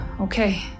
Okay